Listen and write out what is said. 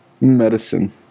Medicine